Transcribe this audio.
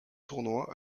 tournoi